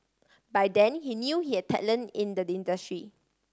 by then he knew he had talent in the industry